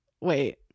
wait